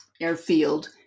airfield